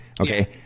Okay